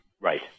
Right